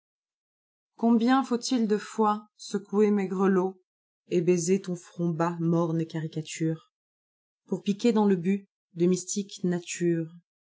combien faut-il de fois secouer mes grelotset baiser ton front bas morne caricature pour piquer dans le but de mystique nature